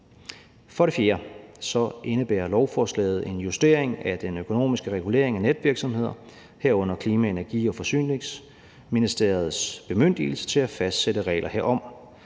For det fjerde indebærer lovforslaget en justering af den økonomiske regulering af netvirksomheder, herunder Klima-, Energi- og Forsyningsministeriets bemyndigelse til at fastsætte regler herom.